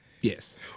Yes